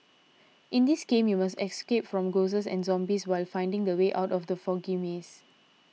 in this game you must escape from ghosts and zombies while finding the way out of the foggy maze